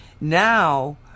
Now